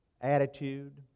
attitude